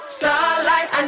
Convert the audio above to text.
Starlight